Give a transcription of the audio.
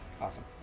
Awesome